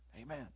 amen